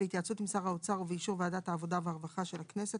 בהתייעצות עם שר האוצר ובאישור ועדת העבודה והרווחה של הכנסת,